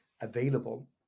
available